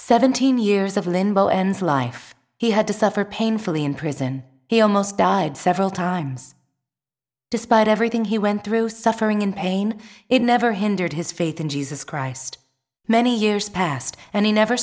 seventeen years of limbo and life he had to suffer painfully in prison he almost died several times despite everything he went through suffering in pain it never hindered his faith in jesus christ many years passed and he never